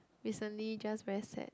recently just very sad